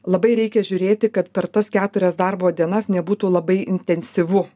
labai reikia žiūrėti kad per tas keturias darbo dienas nebūtų labai intensyvu